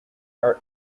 are